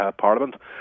parliament